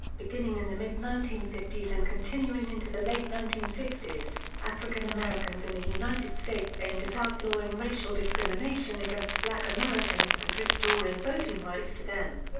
beginning in the mid nineteen fifty s and continuing into the late nineteen sixty s, african-americans in the united states aimed at outlawing racial discrimination against black americans and restoring voting rights to them.